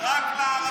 רק לערבים, דרך אגב.